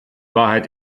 wahrheit